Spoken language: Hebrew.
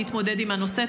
להתמודד עם הנושא.